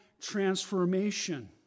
transformation